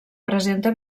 presenta